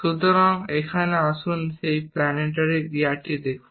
সুতরাং এখানে আসুন সেই প্ল্যানেটারি গিয়ারটি দেখুন